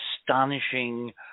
astonishing